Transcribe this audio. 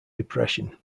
depression